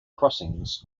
crossings